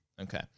Okay